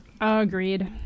agreed